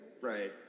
Right